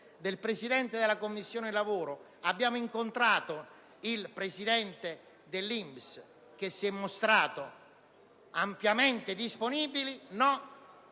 del Presidente della Commissione lavoro abbiamo incontrato il presidente dell'INPS, che si è mostrato ampiamente disponibile; è